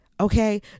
Okay